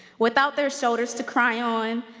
without their shoulders to cry on,